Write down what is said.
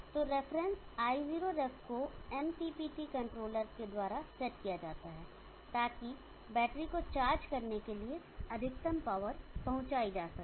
तो reference i0ref को MPPT controller द्वारा सेट किया जाता है ताकि बैटरी को चार्ज करने के लिए अधिकतम पावर पहुंचाई जा सके